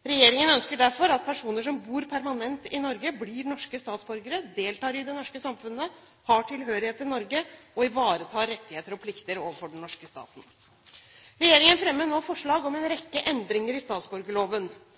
Regjeringen ønsker derfor at personer som bor permanent i Norge, blir norske statsborgere, deltar i det norske samfunnet, har tilhørighet til Norge og ivaretar rettigheter og plikter overfor den norske staten. Regjeringen fremmer nå forslag om en rekke endringer i statsborgerloven.